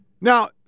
Now